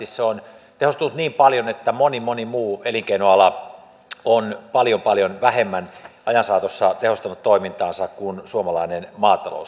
se on tehostunut niin paljon että moni moni muu elinkeinoala on paljon paljon vähemmän ajan saatossa tehostanut toimintaansa kuin suomalainen maatalous